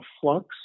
flux